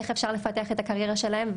איך אפשר לפתח את הקריירה שלהן.